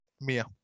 Mia